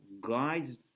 guides